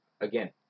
again